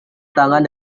tangan